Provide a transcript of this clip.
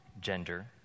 gender